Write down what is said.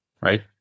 right